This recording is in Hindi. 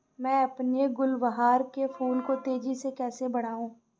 मैं अपने गुलवहार के फूल को तेजी से कैसे बढाऊं?